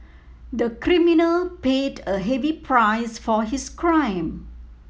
the criminal paid a heavy price for his crime